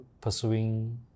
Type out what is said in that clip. pursuing